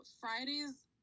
Friday's